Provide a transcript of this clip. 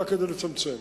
רק כדי לצמצם.